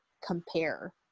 compare